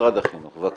משרד החינוך, בבקשה.